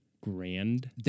grand